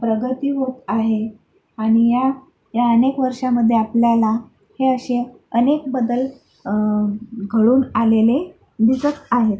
प्रगती होत आहे आणि या या अनेक वर्षांमधे आपल्याला हे असे अनेक बदल घडून आलेले दिसत आहेत